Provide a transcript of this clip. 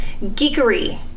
geekery